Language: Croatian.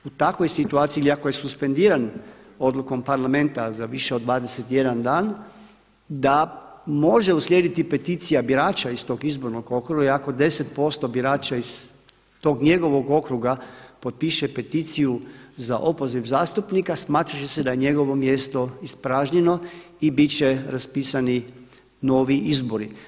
U takvoj situaciji ili ako je suspendiran odlukom parlamenta za više od 21 dan da može uslijediti peticija birača iz tog izbornog okruga, i ako 10% birača iz tog njegovog okruga potpiše peticiju za opoziv zastupnika smatrati će se da je njegovo mjesto ispražnjeno i biti će raspisani novi izbori.